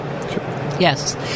Yes